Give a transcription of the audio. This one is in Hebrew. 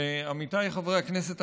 ועמיתיי חברי הכנסת,